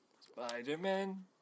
Spider-Man